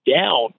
down